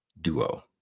duo